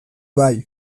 bai